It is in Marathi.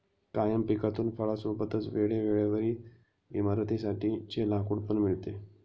कायम पिकातून फळां सोबतच वेळे वेळेवर इमारतीं साठी चे लाकूड पण मिळते